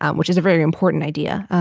um which is a very important idea.